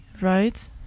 right